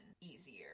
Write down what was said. easier